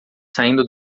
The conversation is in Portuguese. saindo